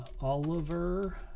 Oliver